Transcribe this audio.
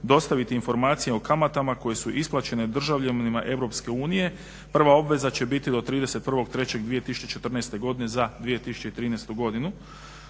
dostaviti informacije o kamatama koje su isplaćene državljanima EU. Prva obveza će biti do 31.03.2014. godine za 2013. godinu.